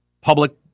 public